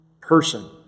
person